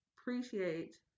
appreciate